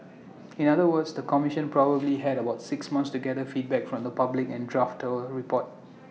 in other words the commission probably had about six months to gather feedback from the public and draft A report